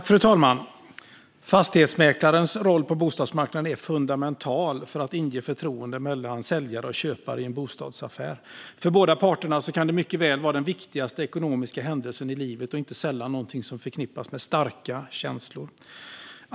Fru talman! Fastighetsmäklarens roll på bostadsmarknaden är fundamental för att inge förtroende mellan säljare och köpare i en bostadsaffär. För båda parter kan det mycket väl vara den viktigaste ekonomiska händelsen i livet och inte sällan något som förknippas med starka känslor.